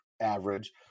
average